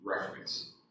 reference